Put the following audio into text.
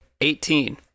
Eighteen